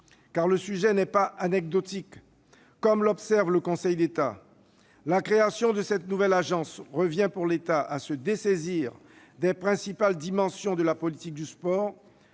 Le sujet n'est pas anecdotique. Comme l'observe le Conseil d'État, la création de cette nouvelle agence revient pour l'État à se dessaisir des principales dimensions de la politique du sport